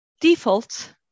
default